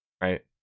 Right